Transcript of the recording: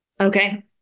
okay